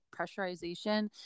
pressurization